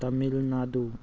Tamil Nadu